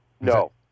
no